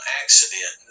accident